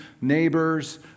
neighbors